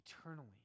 eternally